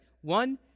One